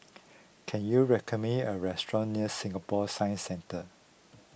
can you recommend me a restaurant near Singapore Science Centre